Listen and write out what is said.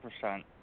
percent